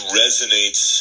resonates